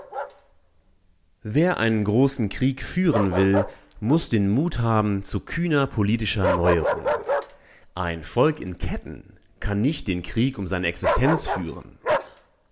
wer einen großen krieg führen will muß den mut haben zu kühner politischer neuerung ein volk in ketten kann nicht den krieg um seine existenz führen